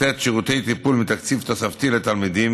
לתת שירותי טיפול מתקציב תוספתי לתלמידים